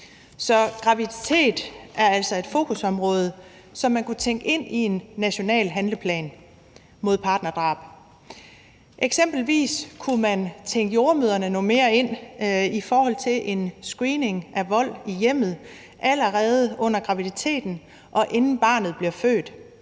så graviditet er altså et fokusområde, som man kunne tænke ind i en national handleplan mod partnerdrab. Eksempelvis kunne man tænke jordemødrene noget mere ind i forhold til en screening for vold i hjemmet allerede under graviditeten, og inden barnet bliver født.